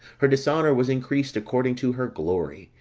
her dishonour was increased according to her glory,